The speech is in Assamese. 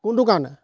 কোনটো কাৰণে